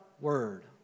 Word